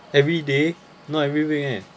every day not every week meh